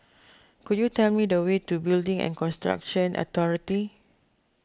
could you tell me the way to Building and Construction Authority